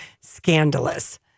scandalous